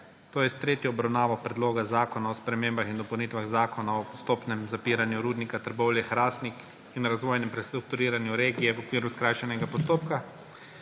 s tretjo obravnavo Predloga zakona o spremembah in dopolnitvah Zakona o postopnem zapiranju rudnika Trbovlje-Hrastnik in razvojnem prestrukturiranju regije v okviru skrajšanega postopka.